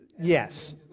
Yes